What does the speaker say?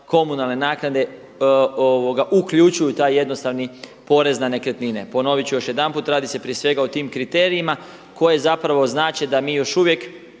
komunalne naknade uključuju u taj jednostavni porez na nekretnine. Ponovit ću još jedanput. Radi s prije svega o tim kriterijima koji zapravo znače da mi još uvijek